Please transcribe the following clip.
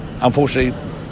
unfortunately